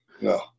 no